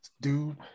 dude